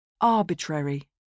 Arbitrary